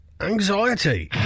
Anxiety